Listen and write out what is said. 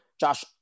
josh